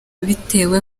bitewe